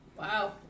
Wow